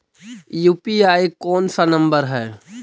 UPI कोन सा number हैं?